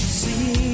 see